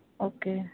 okay